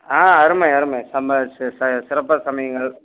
ஆ அருமை அருமை ரொம்ப சிறப்பாக சொன்னீங்கள்